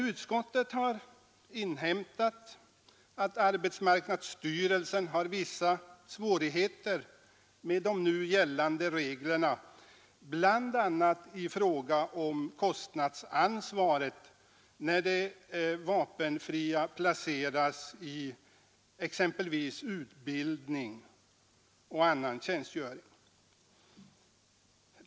Utskottet har emellertid inhämtat att arbetsmarknadsstyrelsen har vissa svårigheter med nu gällande regler, bl.a. i fråga om kostnadsansvaret när de vapenfria placeras i utbildning och annan tjänstgöring.